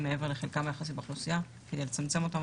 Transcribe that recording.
מעבר לחלקם היחסי באוכלוסייה כדי לצמצם אותם.